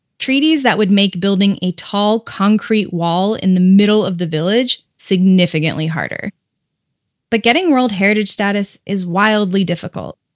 treaties that would make building a tall concrete wall in the middle of the village significantly harder but getting world heritage status is wildly difficult.